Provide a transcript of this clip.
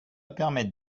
permettre